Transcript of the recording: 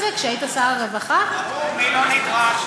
ברור, מי לא נדרש?